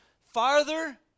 farther